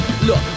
Look